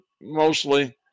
mostly